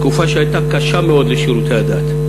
תקופה שהייתה קשה מאוד לשירותי הדת.